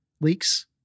leaks